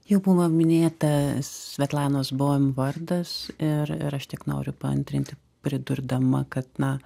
jau buvo minėtas svetlanos boim vardas ir ir aš tik noriu paantrinti pridurdama kad na